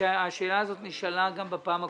השאלה הזאת גם נשאלה בפעם הקודמת.